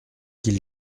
qu’il